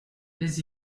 les